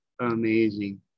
amazing